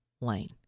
lane